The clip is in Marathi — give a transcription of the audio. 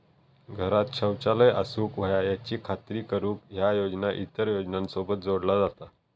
घरांत शौचालय असूक व्हया याची खात्री करुक ह्या योजना इतर योजनांसोबत जोडला जाता